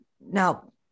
Now